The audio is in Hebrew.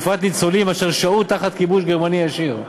ובפרט ניצולים אשר שהו תחת כיבוש גרמני ישיר.